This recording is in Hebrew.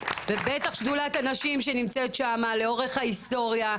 ובטח שדולת הנשים שנמצאת שמה לאורך ההיסטוריה,